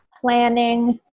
planning